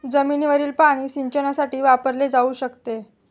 जमिनीवरील पाणी सिंचनासाठी वापरले जाऊ शकते